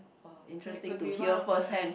ah interesting to hear firsthand